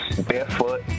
barefoot